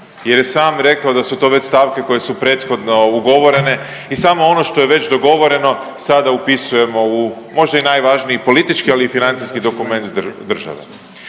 je sam rekao da su to već stavke koje su prethodno ugovorene i samo ono što je već dogovoreno sada upisujemo u možda i najvažniji politički ali i financijski dokument države.